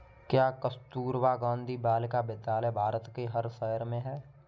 क्या कस्तूरबा गांधी बालिका विद्यालय भारत के हर शहर में है?